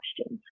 questions